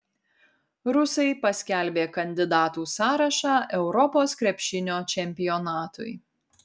rusai paskelbė kandidatų sąrašą europos krepšinio čempionatui